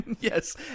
Yes